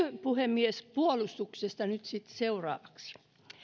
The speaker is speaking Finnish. puhemies puolustuksesta nyt sitten seuraavaksi